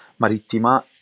Marittima